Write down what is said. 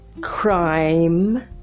crime